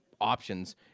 options